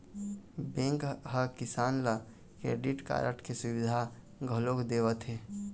bank ह किसान ल क्रेडिट कारड के सुबिधा घलोक देवत हे